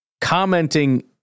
commenting